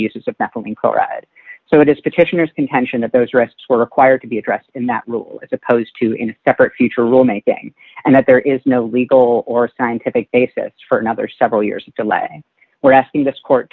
car ad so it is petitioners contention that those arrests were required to be addressed in that role as opposed to in a separate future role making and that there is no legal or scientific basis for another several years of delay we're asking this court